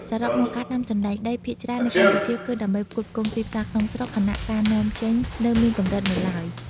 សរុបមក ការដាំសណ្ដែកដីភាគច្រើននៅកម្ពុជាគឺដើម្បីផ្គត់ផ្គង់ទីផ្សារក្នុងស្រុក ខណៈការនាំចេញនៅមានកម្រិតនៅឡើយ។